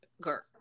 girl